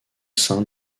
sein